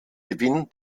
gewinn